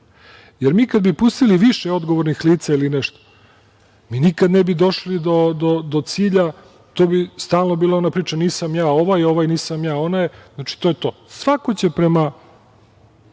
dešava. Mi kada bi pustili više odgovornih lica ili nešto, mi nikad ne bi došli do cilja. To bi stalno bila ona priča – nisam ja, ovaj je, ovaj bi rekao – nisam ja, onaj je. Znači, to je to. Svako će prema